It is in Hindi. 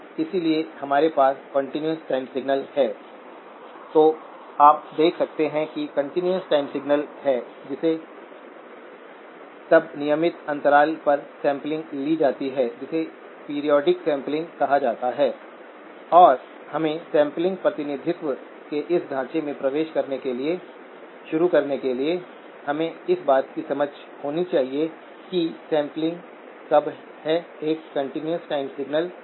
इसलिए इस इक्स्प्रेशन कोई मतलब नहीं है और इस ट्राइओड रीजन की स्थिति के कारण इस स्विंग लिमिट को बढ़ाने के लिए आपको एक बड़े VDG0 के साथ काम करना होगा जो कि क्वोशन्ट कन्डिशन में ड्रेन और गेट के बीच बड़ा अलगाव है